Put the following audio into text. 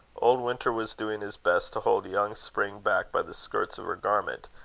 old winter was doing his best to hold young spring back by the skirts of her garment,